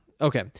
Okay